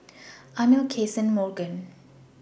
Amil Cason and Morgan